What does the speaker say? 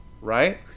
Right